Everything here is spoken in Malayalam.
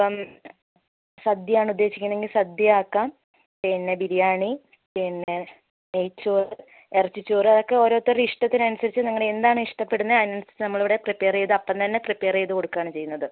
ഇപ്പം സദ്യയാണ് ഉദ്ദേശിക്കുന്നതെങ്കിൽ സദ്യ ആക്കാം പിന്നെ ബിരിയാണി പിന്നെ നെയ്ച്ചോറ് ഇറച്ചിച്ചോറ് അതൊക്കെ ഓരോരുത്തരുടെ ഇഷ്ടത്തിനനുസരിച്ച് നിങ്ങൾ എന്താണോ ഇഷ്ടപെടുന്നത് അതിനനുസരിച്ച് നമ്മളിവിടെ പ്രിപ്പെയർ ചെയ്ത് അപ്പം തന്നെ പ്രിപ്പെയർ ചെയ്ത് കൊടുക്കുകയാണ് ചെയ്യുന്നത്